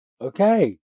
Okay